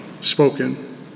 spoken